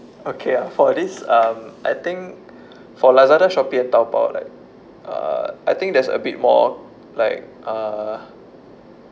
okay ah for this um I think for lazada shopping and taobao like uh I think there's a bit more like uh